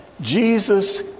Jesus